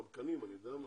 חמקנים, אני יודע מה?